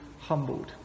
humbled